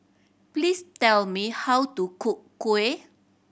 please tell me how to cook kuih